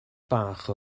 bach